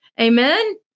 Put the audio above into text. Amen